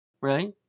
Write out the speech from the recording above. Right